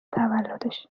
تولدش